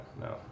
no